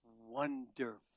wonderful